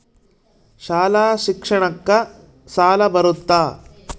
ಶಾಲಾ ಶಿಕ್ಷಣಕ್ಕ ಸಾಲ ಬರುತ್ತಾ?